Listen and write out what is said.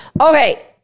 Okay